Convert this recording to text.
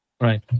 Right